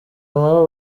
nabo